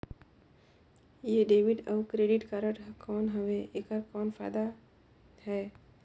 ये डेबिट अउ credit card कौन हवे एकर कौन फाइदा हे?